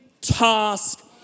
task